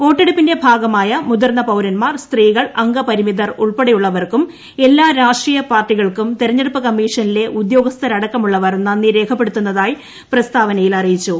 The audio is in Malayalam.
വോട്ടെടുപ്പിന്റെ ഭാഗമായ മുതിർന്ന പൌരന്മാർ സ്ത്രീകൾ അംഗപരിമിതർ ഉൾപ്പെടെയുള്ളവർക്കും എല്ലാ രാഷ്ട്രീയ പാർട്ടികൾക്കും തിരഞ്ഞെടുപ്പ് കമ്മീഷനിലെ ഉദ്യോഗസ്ഥരടക്കമുള്ളവർ നന്ദി രേഖപ്പെടുത്തുന്നതായി പ്രസ്താവനയിൽ അറിയിച്ചു